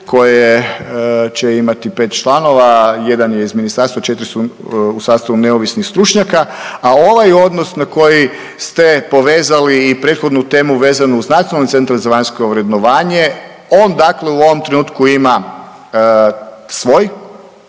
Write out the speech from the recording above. koje će imati pet članova. Jedan je iz ministarstva, četiri su u sastavu neovisnih stručnjaka, a ovaj odnos na koji ste povezali i prethodnu temu vezanu uz Nacionalni centar za vanjsko vrednovanje on dakle u ovom trenutku ima svoj